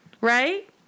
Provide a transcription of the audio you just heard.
Right